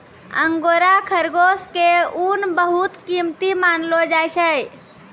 angora खरगोश के ऊन बहुत कीमती मानलो जाय छै